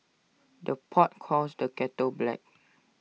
the pot calls the kettle black